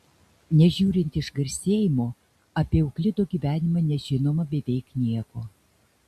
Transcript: nežiūrint išgarsėjimo apie euklido gyvenimą nežinoma beveik nieko